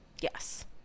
Yes